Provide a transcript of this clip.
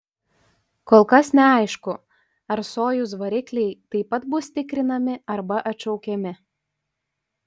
kol kas neaišku ar sojuz varikliai taip pat bus tikrinami arba atšaukiami